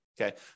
okay